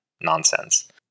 nonsense